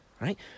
Right